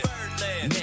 Birdland